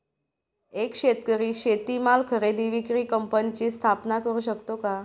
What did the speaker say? एक शेतकरी शेतीमाल खरेदी विक्री कंपनीची स्थापना करु शकतो का?